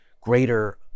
greater